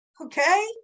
Okay